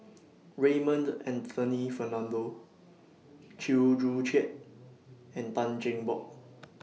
Raymond Anthony Fernando Chew Joo Chiat and Tan Cheng Bock